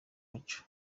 mico